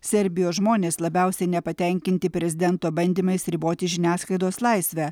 serbijos žmonės labiausiai nepatenkinti prezidento bandymais riboti žiniasklaidos laisvę